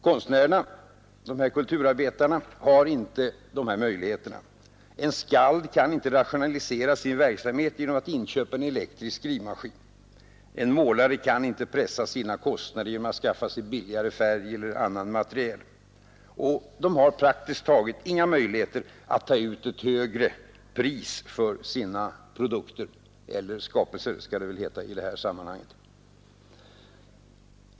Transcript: Konstnärerna, de här kulturarbetarna, har inte de här möjligheterna. En skald kan inte rationalisera sin verksamhet genom att inköpa en elektrisk skrivmaskin. En målare kan inte pressa sina kostnader genom att skaffa sig billigare färg eller annan materiel. Och de har praktiskt taget inga möjligheter att ta ut ett högre pris för sina produkter — eller skapelser skall det väl heta i det här sammanhanget.